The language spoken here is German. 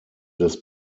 des